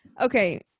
Okay